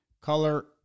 Color